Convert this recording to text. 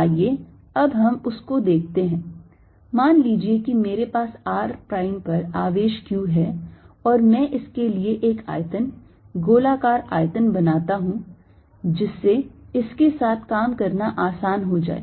आइए अब हम उस को देखते है मान लीजिये कि मेरे पास r प्राइम पर आवेश q है और मैं इसके लिए एक आयतन गोलाकार आयतन बनाता हूं जिससे इसके साथ काम करना आसान हो जाए